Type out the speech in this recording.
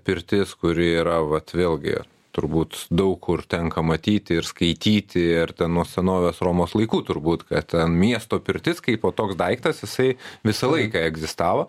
pirtis kuri yra vat vėlgi turbūt daug kur tenka matyti ir skaityti ir nuo senovės romos laikų turbūt kad ten miesto pirtis kaipo toks daiktas jisai visą laiką egzistavo